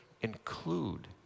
include